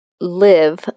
live